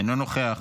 אינו נוכח.